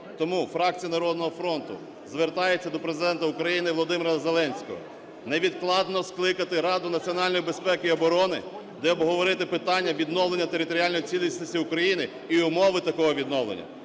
Тому фракція "Народного фронту" звертається до Президента України Володимира Зеленського невідкладно скликати Раду національної безпеки і оборони, де обговорити питання відновлення територіальної цілісності України і умови такого відновлення.